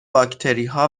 باکتریها